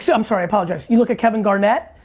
so i'm sorry, apologize, you look at kevin garnett,